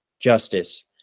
justice